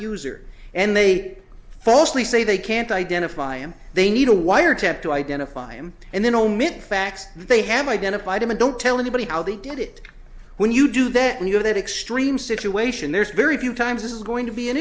user and they falsely say they can't identify him they need a wiretap to identify him and then omit facts they have identified him and don't tell anybody how they did it when you do that and you know that extreme situation there's very few times this is going to be an